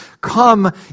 come